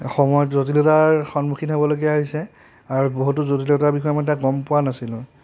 সময়ত জটিলতাৰ সন্মুখীন হ'ব লগা হৈছে আৰু বহুতো জটিলতাৰ বিষয়ে মই তেতিয়া গম পোৱা নাছিলোঁ